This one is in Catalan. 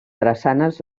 drassanes